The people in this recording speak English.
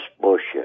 bullshit